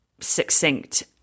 succinct